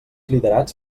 liderats